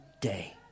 day